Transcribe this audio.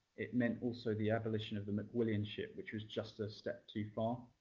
it meant also the abolition of the macwilliamship, which was just a step too far.